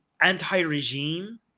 anti-regime